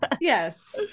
Yes